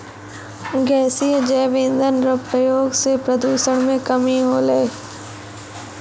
गैसीय जैव इंधन रो प्रयोग से प्रदूषण मे कमी होलै